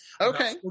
okay